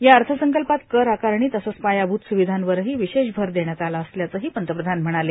या अर्थसंकल्पात कर आकारणी तसंच पायाभूत स्विधांवरही विशेष भर देण्यात आला असल्याचंही पंतप्रधान म्हणाले